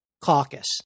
caucus